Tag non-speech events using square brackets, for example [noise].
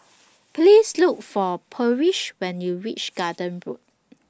[noise] Please Look For Parrish when YOU REACH Garden Road